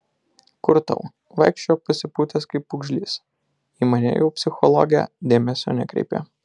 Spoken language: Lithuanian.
kur tau vaikščiojo pasipūtęs kaip pūgžlys į mane jau psichologę dėmesio nekreipė